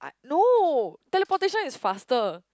no teleportation is faster